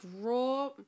Raw